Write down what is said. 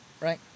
right